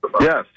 Yes